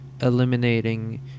eliminating